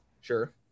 Sure